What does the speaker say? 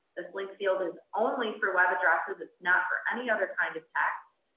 this link field is only for web addresses. it's not for any other kind of text,